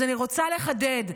אז אני רוצה לחדד: